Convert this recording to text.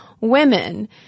women